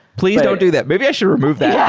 please don't do that. maybe i should remove that. yeah